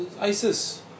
ISIS